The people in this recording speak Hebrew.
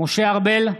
משה ארבל,